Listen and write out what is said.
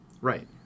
Right